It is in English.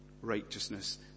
righteousness